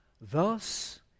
thus